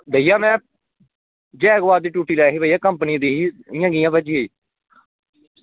भैया में जैगुआर दी टूटी लाई ही कंपनी दी ही इंया कियां भज्जी गेई